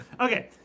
Okay